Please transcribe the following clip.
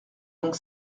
donc